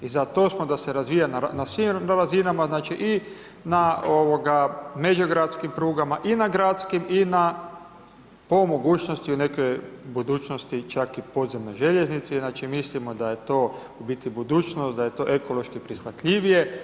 Za to smo da se razvija na svim razinama, znači i na međugradskim prugama i na gradskim i na po mogućnosti, u nekoj budućnosti čak i podzemne željeznice, znači mislimo da je to u bit budućnost, da je to ekološki prihvatljivije.